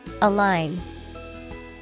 Align